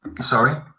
sorry